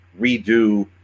redo